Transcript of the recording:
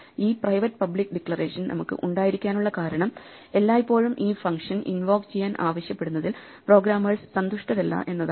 ഈ private public declaration നമുക്ക് ഉണ്ടായിരിക്കാനുള്ള കാരണം എല്ലായ്പ്പോഴും ഈ ഫംഗ്ഷൻ ഇൻവോക്ക് ചെയ്യാൻ ആവശ്യപ്പെടുന്നതിൽ പ്രോഗ്രാമർസ് സന്തുഷ്ടരല്ല എന്നതാണ്